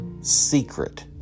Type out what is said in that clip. secret